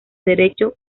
derecho